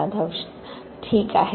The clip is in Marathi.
राधाकृष्ण ठीक आहे